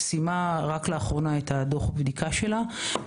שסיימה רק לאחרונה את דוח הבדיקה שלה,